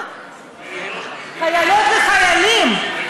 חיילות וחיילים.